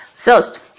First